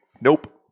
Nope